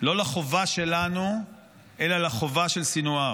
לא לחובה שלנו אלא לחובה של סנוואר,